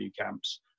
camps